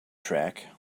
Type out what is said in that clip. track